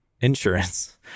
insurance